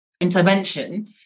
intervention